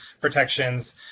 protections